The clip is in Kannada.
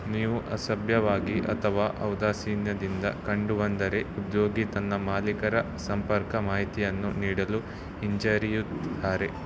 ನೀವು ಅಸಭ್ಯವಾಗಿ ಅಥವಾ ಔದಾಸೀನ್ಯದಿಂದ ಕಂಡು ಬಂದರೆ ಉದ್ಯೋಗಿ ತನ್ನ ಮಾಲೀಕರ ಸಂಪರ್ಕ ಮಾಹಿತಿಯನ್ನು ನೀಡಲು ಹಿಂಜರಿಯುತ್ತಾರೆ